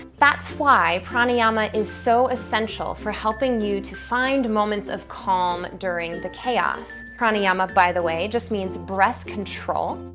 that's why pranayama is so essential for helping you to find moments of calm during the chaos. pranayama, by the way, just means breath control.